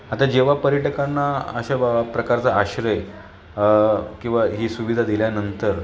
आता जेव्हा पर्यटकांना अशा ब प्रकारचा आश्रय किंवा ही सुविधा दिल्यानंतर